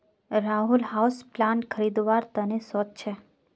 Rahul houseplant खरीदवार त न सो च छ